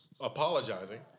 Apologizing